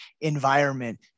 environment